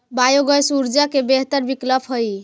biogas ऊर्जा के बेहतर विकल्प हई